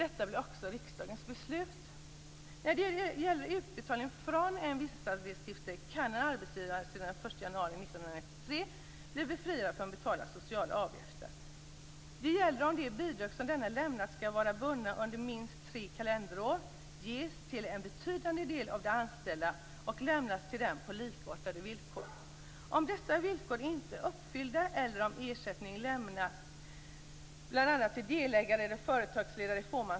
Detta blev också riksdagens beslut. För en utbetalning från en vinstandelsstiftelse kan en arbetsgivare, sedan den 1 januari 1993, bli befriad från att betala sociala avgifter. Detta gäller om de bidrag som arbetsgivaren lämnat skall vara bundna under minst tre kalenderår, ges till en betydande del av de anställda och lämnas till dem på likartade villkor.